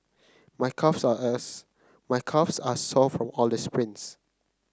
my calves are my calves are sore from all the sprints